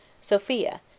Sophia